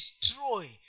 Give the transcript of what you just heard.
destroy